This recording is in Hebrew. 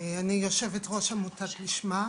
אני יושבת ראש עמותת לשמ"ה,